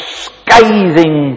scathing